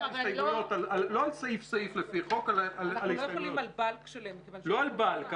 לא יכולים על באלק שלם --- לא על באלק,